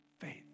faith